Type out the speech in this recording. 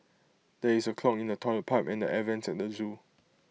there is A clog in the Toilet Pipe and air Vents at the Zoo